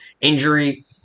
injury